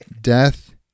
Death